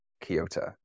Kyoto